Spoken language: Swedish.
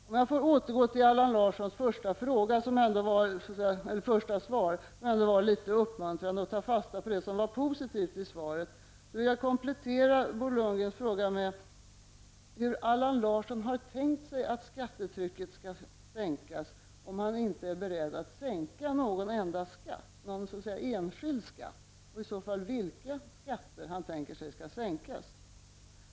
Om jag får återgå till Allan Larssons första svar, som ändå var litet uppmuntrande, och ta fasta på det som var positivt i svaret, vill jag komplettera Bo Lundgrens fråga med att fråga hur Allan Larsson har tänkt sig att skattetrycket skall sänkas om han inte är beredd att sänka någon enda enskild skatt. Men om så är fallet, vilka skatter har han tänkt sig skall sänkas.